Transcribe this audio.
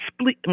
split